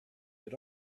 but